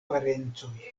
parencoj